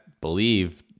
believe